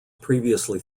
previously